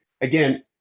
again